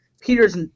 Peter's